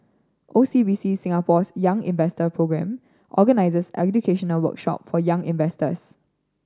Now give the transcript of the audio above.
O C B C Singapore's Young Investor Programme organizes educational workshop for young investors